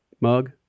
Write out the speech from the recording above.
mug